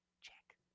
Check